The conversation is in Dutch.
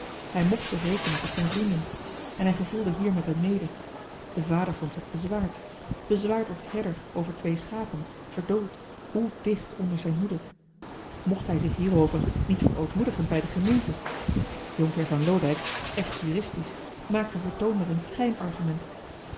hij mcht zich rekenen tot zijn vrienden en hij gevoelde hier met hem mede de vader vond zich bezwaard bezwaard als herder over twee schapen verjohan de meester de zonde in het deftige dorp doold he dicht onder zijne hoede mocht hij zich hierover niet verootmoedigen bij de gemeente jonkheer van loodijck echt juristisch maakte vertoon met een schijnargument